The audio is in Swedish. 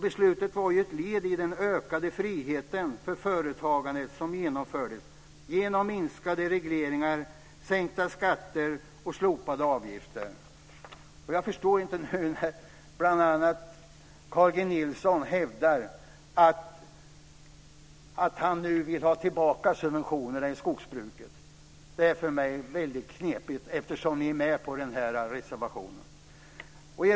Beslutet var ju ett led i den ökade friheten för företagandet som genomfördes genom minskade regleringar, sänkta skatter och slopade avgifter. Jag förstår inte att Carl G Nilsson nu hävdar att han vill ha tillbaka subventionerna i skogsbruket. Det är för mig väldigt knepigt. Ni är ju med på den här reservationen.